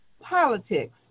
politics